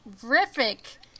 terrific